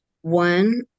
One